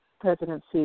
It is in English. presidency